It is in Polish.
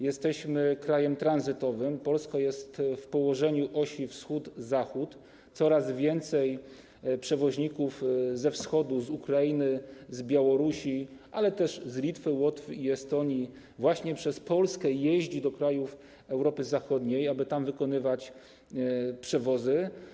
Jesteśmy krajem tranzytowym, Polska jest położona na osi wschód - zachód, coraz więcej przewoźników ze Wschodu, z Ukrainy, Białorusi, ale też z Litwy, Łotwy i Estonii, jeździ przez Polskę do krajów Europy Zachodniej, aby tam wykonywać przewozy.